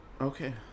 okay